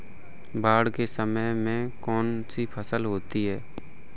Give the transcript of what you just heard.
बाढ़ के समय में कौन सी फसल होती है?